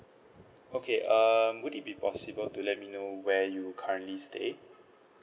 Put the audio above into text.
okay um would it be possible to let me know where you currently stay